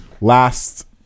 last